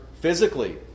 physically